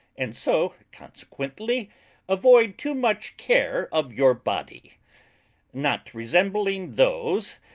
and so consequently avoid too much care of your body not resembling those,